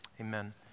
amen